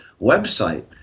website